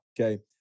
Okay